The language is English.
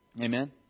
Amen